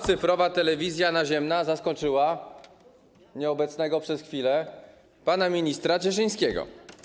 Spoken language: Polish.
Cyfrowa telewizja naziemna zaskoczyła nieobecnego przez chwilę pana ministra Cieszyńskiego.